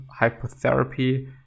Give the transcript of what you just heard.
hypotherapy